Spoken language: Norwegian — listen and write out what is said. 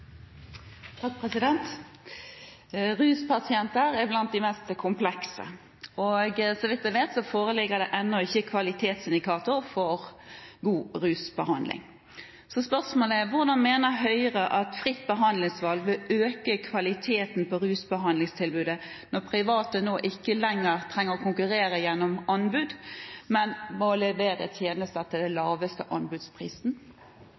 så vidt jeg vet, foreligger det ennå ikke kvalitetsindikator for god rusbehandling. Så spørsmålet er: Hvordan mener Høyre at fritt behandlingsvalg bør øke kvaliteten på rusbehandlingstilbudet, når private nå ikke lenger trenger å konkurrere gjennom anbud, men må levere tjenester til den laveste anbudsprisen?